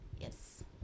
yes